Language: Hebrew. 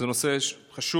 זה נושא חשוב.